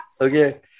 okay